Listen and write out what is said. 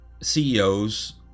CEOs